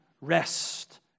rest